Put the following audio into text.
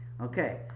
Okay